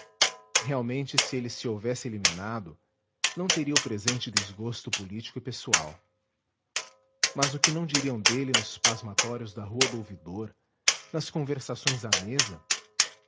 realmente se ele se houvesse eliminado não teria o presente desgosto político e pessoal mas o que não diriam dele nos pasmatórios da rua do ouvidor nas conversações à mesa